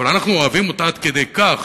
אבל אנחנו אוהבים אותה עד כדי כך